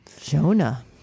Jonah